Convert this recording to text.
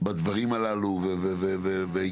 בדברים הללו והיגיון.